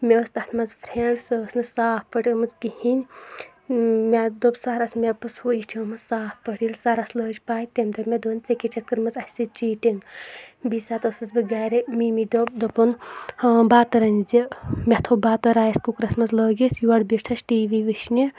مٚے ٲس تتھ منٛز فرینڈ سۄ ٲس نہٕ صاف پٲٹھ ٲمٕژ کِہیٖنۍ مٚے دوٚپ سرَس مےٚ دوپُس ہُہ یِہ چھ ٲمژ صاف پٲٹھۍ ییٚلہِ سرَس لٔج پے تٔمۍ دوٚپ مےٚ ژے کیاہ چھتھ کٔرمٕژ اَسہِ سۭتۍ چیٹنگ بیٚیہِ سات ٲسٕس بہٕ گرِ ممی دوٚپ دوٚپُن بَتہٕ رٔنۍزِ مے تھوٚو بتہٕ رایس کُکرِس منٛز لٲگِتھ یور بیٖٹھِس ٹی وی وٕچھنہِ